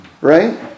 right